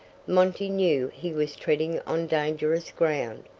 monty knew he was treading on dangerous ground.